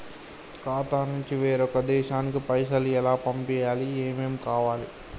ఖాతా నుంచి వేరొక దేశానికి పైసలు ఎలా పంపియ్యాలి? ఏమేం కావాలి?